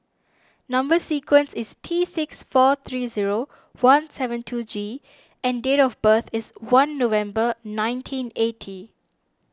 Number Sequence is T six four three zero one seven two G and date of birth is one November nineteen eighty